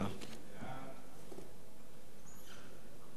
הודעת הממשלה על העברת סמכויות משר הפנים לשר לביטחון הפנים